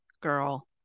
girl